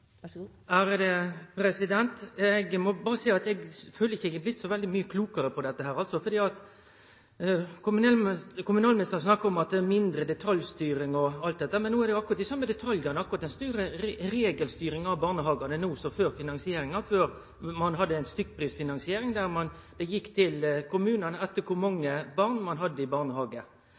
at eg er blitt så veldig mykje klokare av dette. For kommunalministeren snakkar om at det er mindre detaljstyring og alt dette, men det jo akkurat dei same detaljane, akkurat den same regelstyringa av barnehagane, no som før finansieringa, før ein hadde stykkprisfinansiering der kommunane fekk pengar etter kor mange barn ein hadde i barnehage.